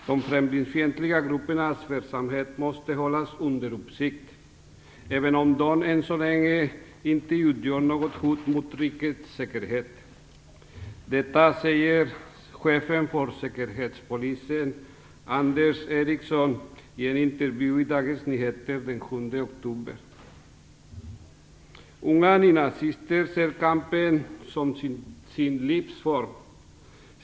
De främlingsfientliga gruppernas verksamhet måste hållas under uppsikt, även om de än så länge inte utgör något hot mot rikets säkerhet". Detta säger chefen för säkerhetspolisen, Anders Eriksson, i en intervju i Dagens Nyheter den 7 oktober. "Unga nynazister ser kampen som sin livsform.